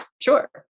Sure